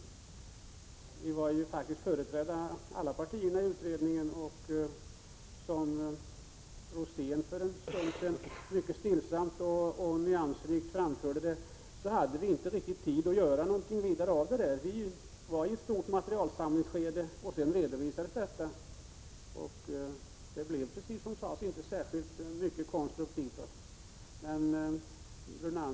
Alla partier var företrädda i utredningen —-och som Bengt Rosén nyss mycket stillsamt och nyansrikt framförde hade vi inte tid att göra så mycket. Vi var i ett skede av omfattande materialinsamling, och vi redovisade det. Precis som sades blev det inte särskilt mycket konstruktivt av det hela.